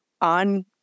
on